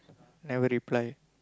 never reply